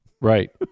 Right